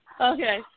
okay